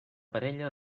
parella